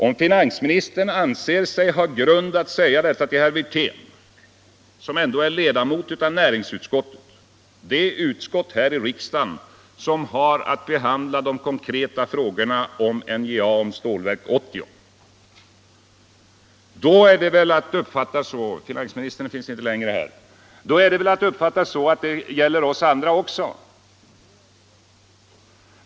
Om finansministern anser sig ha grund att säga detta till herr Wirtén som ändå är ledamot av näringsutskottet, det utskott här i riksdagen som har att behandla de konkreta frågorna om NJA och Stålverk 80, då är väl detta att uppfatta så — finansministern finns inte längre här — att det gäller oss andra också.